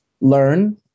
learn